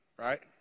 Right